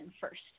first